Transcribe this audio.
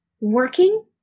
working